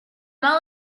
all